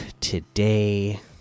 today